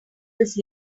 this